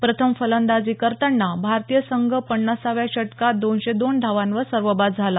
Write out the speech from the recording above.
प्रथम फलंदाजी करताना भारतीय संघ पन्नासाव्या षटकांत दोनशे दोन धावांवर सर्वबाद झाला